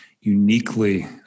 uniquely